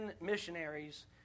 missionaries